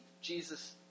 Jesus